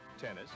tennis